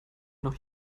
noch